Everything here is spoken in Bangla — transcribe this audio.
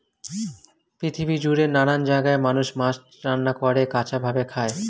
পৃথিবী জুড়ে নানান জায়গায় মানুষ মাছ রান্না করে, কাঁচা ভাবে খায়